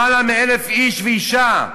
למעלה מ-1,000 איש ואישה,